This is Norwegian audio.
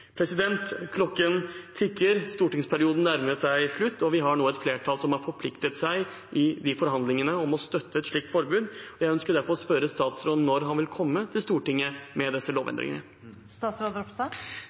Klokken tikker, stortingsperioden nærmer seg slutten, og vi har nå et flertall som har forpliktet seg i de forhandlingene om å støtte et slikt forbud. Jeg ønsker derfor å spørre statsråden om når han vil komme til Stortinget med disse